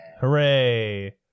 Hooray